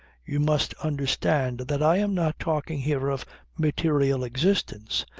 you must understand that i am not talking here of material existence.